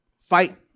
fight